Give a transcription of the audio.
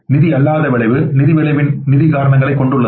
நிதி அல்லாத விளைவு நிதி விளைவின் நிதி காரணங்களைக் கொண்டுள்ளது